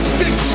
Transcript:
fix